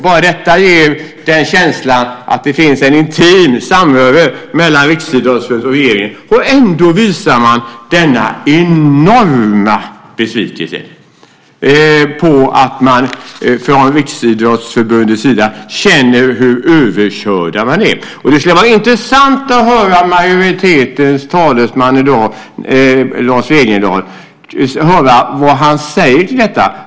Bara detta ger en känsla av att det finns en intim samhörighet mellan Riksidrottsförbundet och regeringen, och ändå visar man denna enorma besvikelse på att man från Riksidrottsförbundets sida känner att man är överkörd. Det skulle vara intressant att höra vad majoritetens talesman i dag, Lars Wegendal, har att säga till detta.